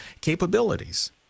capabilities